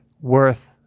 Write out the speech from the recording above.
worth